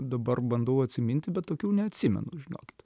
dabar bandau atsiminti bet tokių neatsimenu žinokit